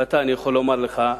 ועתה אני יכול לומר לך,